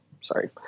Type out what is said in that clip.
sorry